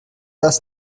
das